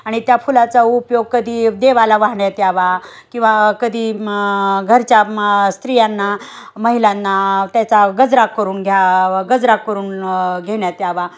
आणि त्या फुलाचा उपयोग कधी देवाला वाहण्यात यावा किंवा कधी म घरच्या म स्त्रियांना महिलांना त्याचा गजरा करून घ्याव गजरा करून घेण्यात यावा